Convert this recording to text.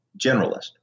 generalist